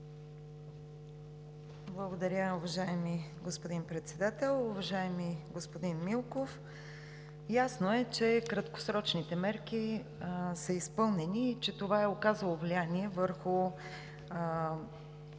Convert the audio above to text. Благодаря Ви, уважаеми господин Председател. Уважаеми господин Милков, ясно е, че краткосрочните мерки са изпълнени и че това е оказало влияние върху